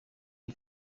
iyi